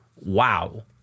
wow